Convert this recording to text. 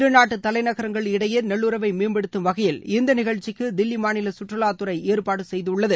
இருநாட்டு தலைநகரங்கள் இடையே நல்லுறவை மேம்படுத்தும் வகையில் இந்த நிகழ்ச்சிக்கு தில்லி மாநில சுற்றுலாத்துறை ஏற்பாடு செய்துள்ளது